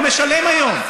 זה עולה לו, הוא משלם היום.